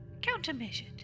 countermeasured